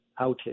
outage